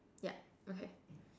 yup okay